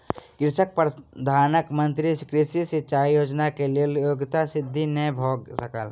कृषकक प्रधान मंत्री कृषि सिचाई योजना के लेल योग्यता सिद्ध नै भ सकल